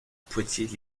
poitiers